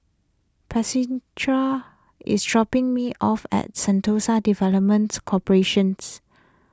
Priscila is dropping me off at Sentosa Developments Corporations